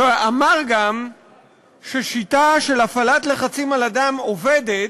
והוא גם אמר ששיטה של הפעלת לחצים על אדם עובדת,